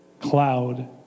cloud